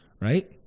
right